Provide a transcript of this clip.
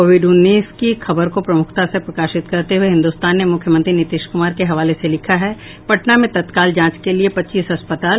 Covid उन्नीस की खबर को प्रमुखता से प्रकाशित करते हुये हिन्दुस्तान ने मुख्यमंत्री नीतीश कुमार के हवाले से लिखा है पटना में तत्काल जांच के लिये पच्चीस अस्पताल